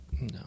No